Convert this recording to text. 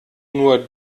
nur